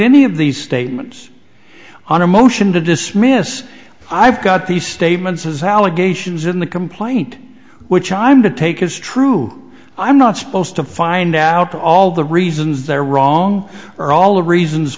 any of these statements on a motion to dismiss i've got these statements as how legations in the complaint which i'm to take is true i'm not supposed to find out all the reasons they're wrong or all of the reasons